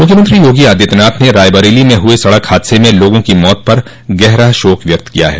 मुख्यमंत्री योगी आदित्यनाथ ने रायबरेली में हुए सड़क हादसे में लोगों की मौत पर गहरा शोक व्यक्त किया है